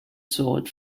sword